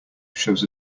shows